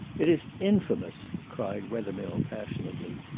it is infamous, cried wethermill passionately.